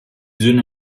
söhne